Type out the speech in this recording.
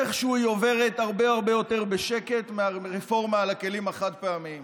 ואיכשהו היא עוברת הרבה הרבה יותר בשקט מהרפורמה על הכלים החד-פעמיים.